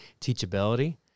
teachability